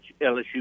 LSU